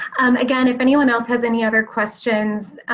again, if anyone else has any other questions,